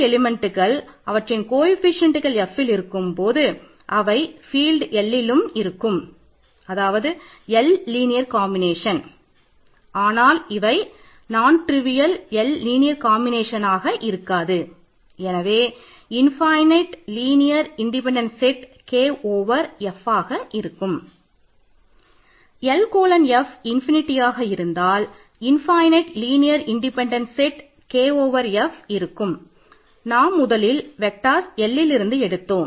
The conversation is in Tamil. K கோலன் எண்களாக செங்குத்து கோடுகளின் அருகிலும் குறிப்போம்